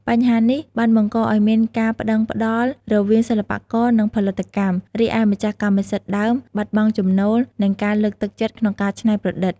បញ្ហានេះបានបង្កឱ្យមានការប្ដឹងផ្ដល់រវាងសិល្បករ និងផលិតកម្ម រីឯម្ចាស់កម្មសិទ្ធិដើមបាត់បង់ចំណូល និងការលើកទឹកចិត្តក្នុងការច្នៃប្រឌិត។